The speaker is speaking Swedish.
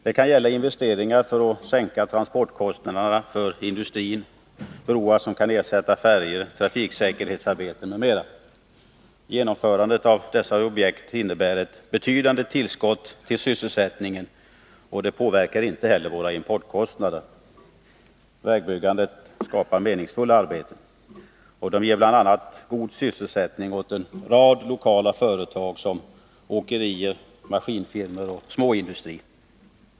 Det kan gälla investeringar för att sänka transportkostnaderna för industrin, broar som kan ersätta färjor, trafiksäkerhetsarbeten m.m. Genomförandet av dessa objekt innebär ett betydande tillskott till sysselsättningen, och det påverkar inte heller våra importkostnader. Vägbyggandet skapar meningsfulla arbeten. Det ger bl.a. god sysselsättning åt en rad lokala företag, såsom åkerier, maskinfirmor och småindustri.